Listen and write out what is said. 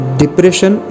depression